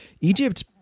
Egypt